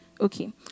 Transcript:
okay